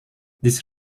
this